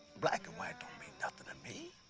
black and white don't mean nothing to me.